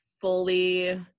fully